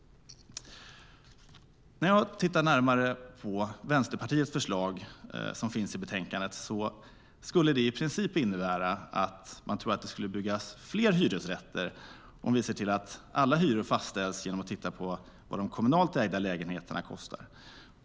Vänsterpartiets förslag i betänkandet innebär i princip att man tror att det kommer att byggas fler hyresrätter om vi ser till att alla hyror fastställs utifrån vad de kommunalt ägda lägenheterna kostar.